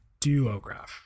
Duograph